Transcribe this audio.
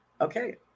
Okay